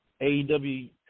AEW